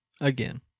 again